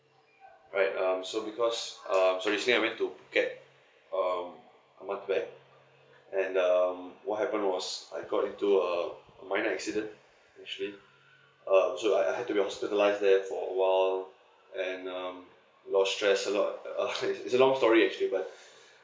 alright um so because um so recently I went to phuket um I went to there and um what happened was I got into a minor accident actually um so I I had to be hospitalised there for awhile and um it was stressed a lot uh it's a long story actually but